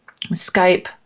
Skype